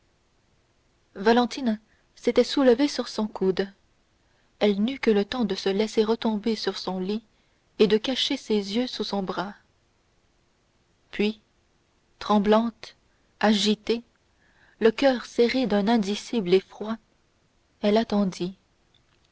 valentine s'était soulevée sur son coude elle n'eut que le temps de se laisser retomber sur son lit et de cacher ses yeux sous son bras puis tremblante agitée le coeur serré d'un indicible effroi elle attendit